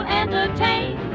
entertain